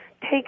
take